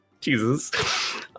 Jesus